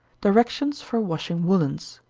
directions for washing woollens.